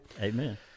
Amen